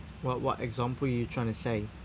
what what example you trying to say